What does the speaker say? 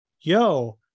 Yo